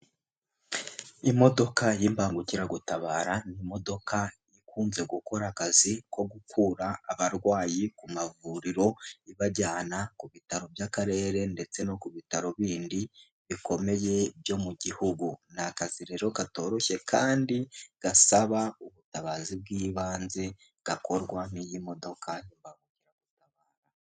Imodoka y'imbangukiragutabara, ni imodoka ikunze gukora akazi ko gukura abarwayi ku mavuriro ibajyana ku bitaro by'akarere ndetse no ku bitaro bindi bikomeye byo mu gihugu. Ni akazi rero katoroshye kandi gasaba ubutabazi bw'ibanze gakorwa n'iyi modoka itabara.